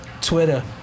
Twitter